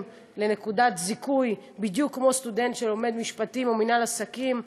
לנקודת זיכוי בדיוק כמו סטודנט שלומד משפטים או מינהל עסקים.